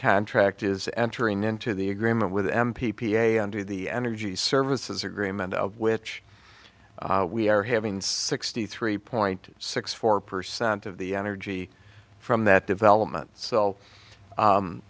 can tract is entering into the agreement with m p p a under the energy services agreement which we are having sixty three point six four percent of the energy from that development